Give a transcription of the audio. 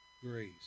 grace